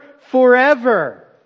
forever